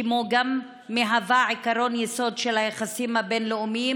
כמו גם "מהווה עקרון יסוד של היחסים הבין-לאומיים,